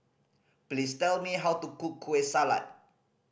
please tell me how to cook Kueh Salat